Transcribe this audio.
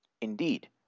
Indeed